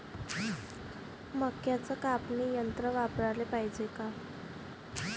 मक्क्याचं कापनी यंत्र वापराले पायजे का?